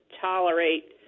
tolerate